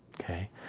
Okay